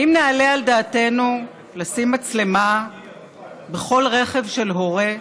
האם נעלה על דעתנו לשים מצלמה בכל רכב של הורה?